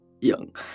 young